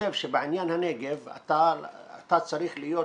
חושב שבעניין הנגב אתה צריך להיום